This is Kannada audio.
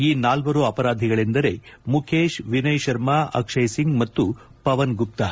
ಈ ನಾಲ್ವರು ಅಪರಾಧಿಗಳೆಂದರೆ ಮುಖೇಶ್ ವಿನಯ್ ಶರ್ಮಾ ಅಕ್ಷಯ್ ಸಿಂಗ್ ಮತ್ತು ಪವನ್ ಗುಪ್ತಾ